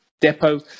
depot